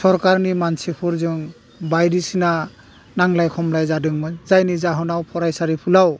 सरकारनि मानसिफोरजों बायदिसिना नांलाय खमलाय जादोंमोन जायनि जाहोनाव फरायसालिफोराव